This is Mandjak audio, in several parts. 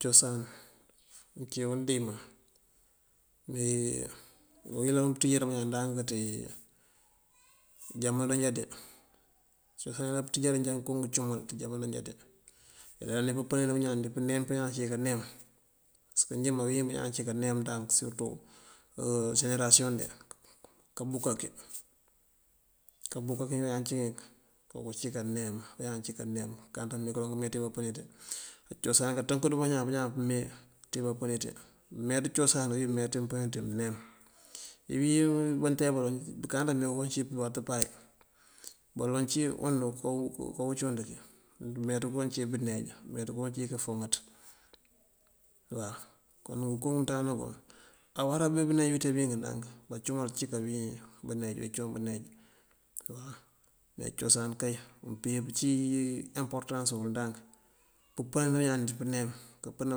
Cosan uncí wí undiman uyëlan pëţíijaren bañaan ndáak ţí jamano njá dí. Cosan ayëlan pëţíijarin njá ngëko ngëcumal ţí jomano njá dí. Nanyëlani pënani bañaan ţí pëneem pí bañaan cí kaneem pasëk njí manwín bañaan cí kaneem ndáak sirëtú senerasiyon dí. Kabúka kí, kabúka kí bañaan cíyink kako cí kaneem, bañaan cí kaneem búkáaţa mekaloŋ këme ţí bapëni ţí. Ácosan kaţënk duŋ bañaan, bañaan pëme ţí bapëni. Meeţ cosanú wí meet ţí mpëni ţí mëneem. Iwín bantoy baloŋ búkáaţ me kowun cíwí pëwat páay baloŋ cíwund kawacúund kí, wund meet kowun cíwí bëneej, wund meeţkowun cíwí kafoŋëgaţ waw. Kon ngëko ngëmënţandáana nguŋ awará bí bëneej witee bink ndáank bacumal ací kawín bëneej wecúun bëneej waw. Me cosan kay umpe wí pëcí emportans bul ndank pëpënan bañaan ţi pëneem pëpënan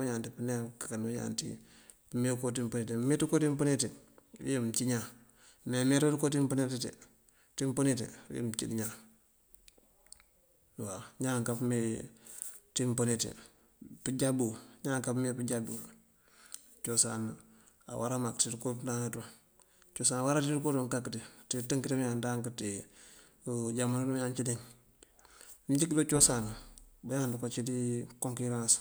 bañaan ţí pëneem bëkakan bañaan ţí pëme ţëko ţím mpëni ţí. Meebá ţëko ţím mpëni ţí ijá mëncí ñaan me meet ţím mpëni ţí wí mëncíiţ ñaan waw. Ñaan kapëme ţím mpëni ţí, pëjá bibú ñaan kapëme pëjábiwul. Cosan awará mak ţí ţëko ţëmënţánanatuŋ. Cosan awaá ţí ţëko ţoo kak dí ţí daţënk ţink bañaan ndank ţí jamano dí bañaan cídink. Mëncí këdo cosanú bañaan cí dí konkiraans.